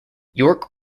york